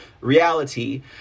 reality